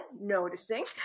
noticing